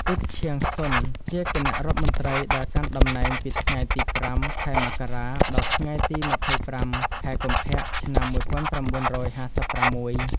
អ៊ិប ឈាងស៊ុន ជាគណៈរដ្ឋមន្ត្រីដែលកាន់តំណែងពីថ្ងៃទី ៥ ខែមករា ដល់ថ្ងៃទី ២៥ ខែកុម្ភៈ ឆ្នាំ១៩៥៦។